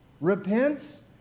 repents